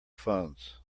phones